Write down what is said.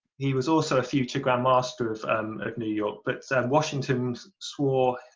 he was also a future grand master of um of new york but washington swore,